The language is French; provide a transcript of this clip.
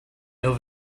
nos